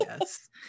Yes